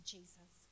Jesus